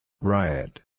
Riot